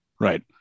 Right